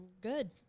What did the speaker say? good